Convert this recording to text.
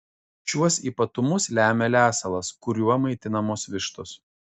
šiuos ypatumus lemia lesalas kuriuo maitinamos vištos